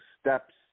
steps